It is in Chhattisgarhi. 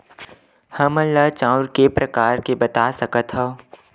हमन ला चांउर के प्रकार बता सकत हव?